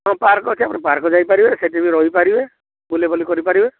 ହଁ ପାର୍କ ଅଛି ଆପଣ ପାର୍କ ଯାଇପାରିବେ ସେଠି ବି ରହିପାରିବେ ବୁଲା ବୁଲି କରିପାରିବେ